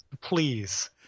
please